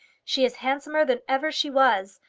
she is handsomer than ever she was,